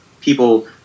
people